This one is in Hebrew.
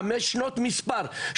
חמש שנות משפט,